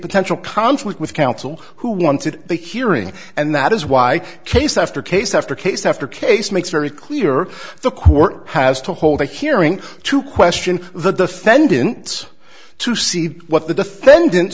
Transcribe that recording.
potential conflict with counsel who wanted the hearing and that is why case after case after case after case makes very clear the court has to hold a hearing to question the defendants to see what the defendant's